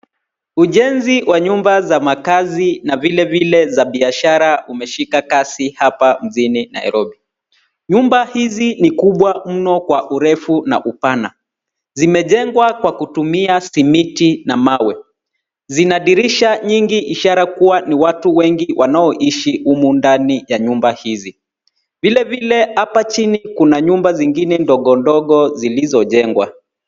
Ujenzi wa nyumba za makazi na vile vile za biashara umeshika kazi hapa mjini Nairobi. Nyumba hizi ni kubwa mno kwa urefu na upana. Zimwjengwa kwa kutumia simiti na mawe. Zina dirisha nyingi ishara kuwa ni watu wengi wanaoishi humu ndani ya nyumba hizi. Vilevile hapa chini kuna nyumba zingine ndogo ndogo zilizojengwa.